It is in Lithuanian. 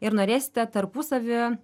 ir norėsite tarpusavy